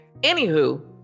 Anywho